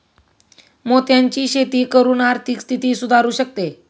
मोत्यांची शेती करून आर्थिक स्थिती सुधारु शकते